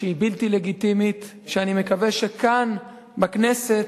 שהיא בלתי לגיטימית, ואני מקווה שכאן, בכנסת,